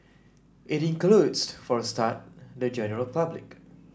it includes for a start the general public